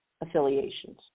affiliations